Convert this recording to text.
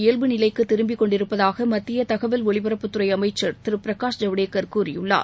இயல்புநிலைக்கு திரும்பிக்கொண்டிருப்பதாக நாட்டின் பொருளாதாரம் மத்திய தகவல் ஒலிபரப்புத்துறை அமைச்சர் திரு பிரகாஷ் ஜவடேகர் கூறியுள்ளார்